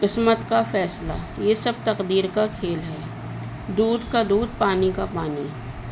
قسمت کا فیصلہ یہ سب تقدیر کا کھیل ہے دودھ کا دودھ پانی کا پانی